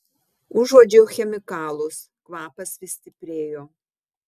užuodžiau chemikalus kvapas vis stiprėjo